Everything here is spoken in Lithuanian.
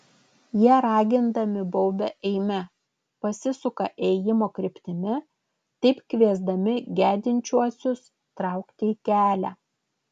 jie ragindami baubia eime pasisuka ėjimo kryptimi taip kviesdami gedinčiuosius traukti į kelią